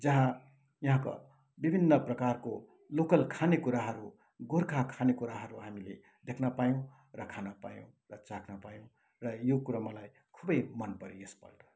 जहाँ यहाँको विभिन्न प्रकारको लोकल खानेकुराहरू गोर्खा खानेकुराहरू हामीले देख्न पायौँ र खान पायौँ र चाख्न पायौँ र यो कुरो मलाई खुबै मन पऱ्यो यसपल्ट